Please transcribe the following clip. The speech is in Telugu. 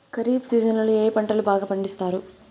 ఖరీఫ్ సీజన్లలో ఏ పంటలు బాగా పండిస్తారు